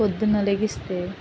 పొద్దునలగిస్తే